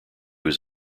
his